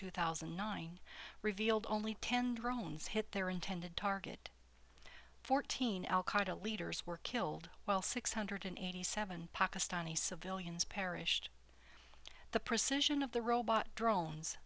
two thousand and nine revealed only ten drones hit their intended target fourteen al qaida leaders were killed while six hundred eighty seven pakistani civilians perished the precision of the robot drones